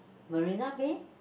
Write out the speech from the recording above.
Marina-Bay